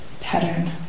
pattern